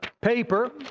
paper